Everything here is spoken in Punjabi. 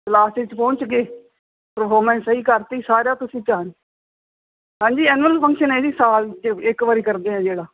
ਕਲਾਸ ਵਿੱਚ ਪਹੁੰਚਗੇ ਪਰਫੋਰਮੈਂਸ ਸਹੀ ਕਰਤੀ ਸਾਰਾ ਤੁਸੀਂ ਧਿਆਨ ਹਾਂਜੀ ਐਨੂਅਲ ਫੰਕਸ਼ਨ ਹੈ ਜੀ ਸਾਲ 'ਚ ਇੱਕ ਵਾਰੀ ਕਰਦੇ ਐ ਜਿਹੜਾ